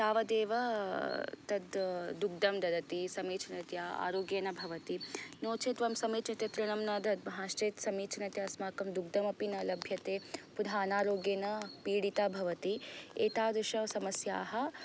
तावदेव तद्दुग्धं ददति समीचीनतया आरोग्येन भवति नो चेत् त्वं समिचीन तत्र तृणं न दद्मः चेत् समीचीनतया अस्माकं दुग्धं अपि न लभ्यते पुदाना रोगेण पीडिता भवति एतादृश समस्याः